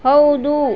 ಹೌದು